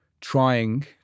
trying